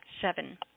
Seven